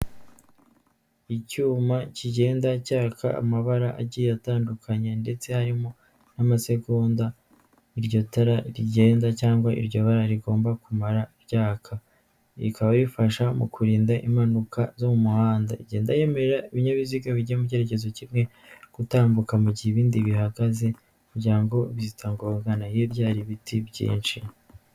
Icyuma kigenda cyaka amabara agiye atandukanye ndetse harimo n'amasegonda iryo tara rigenda cyangwa iryo bara rigomba kumara ryaka, bikaba bifasha mu kurinda impanuka zo mu muhanda, igenda yemerera ibinyabiziga bijya mu cyerekezo kimwe gutambuka, mu gihe ibindi bihagaze kugira ngo bitagongana, hirya hari ibiti byinshi.